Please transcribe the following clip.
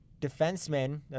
defenseman